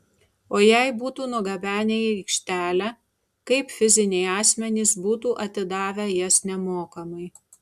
o jei būtų nugabenę į aikštelę kaip fiziniai asmenys būtų atidavę jas nemokamai